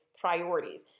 priorities